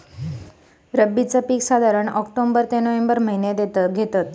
रब्बीचा पीक साधारण ऑक्टोबर ते नोव्हेंबर महिन्यात घेतत